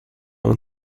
when